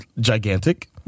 gigantic